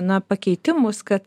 na pakeitimus kad